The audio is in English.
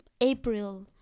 April